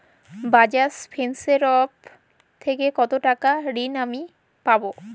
Bajaj Finserv থেকে কতো টাকা ঋণ আমি পাবো?